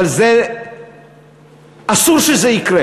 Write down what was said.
אבל אסור שזה יקרה,